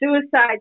Suicide